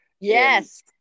Yes